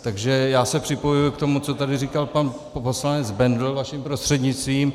Takže já se připojuji k tomu, co tady říkal pan poslanec Bendl vaším prostřednictvím.